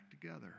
together